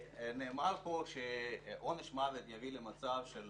נאמר פה שעונש מוות יביא למצב של